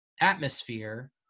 atmosphere